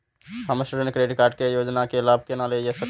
हम student credit card के योजना के लाभ केना लय सकब?